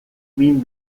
min